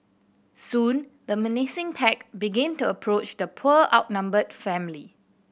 soon the menacing pack began to approach the poor outnumbered family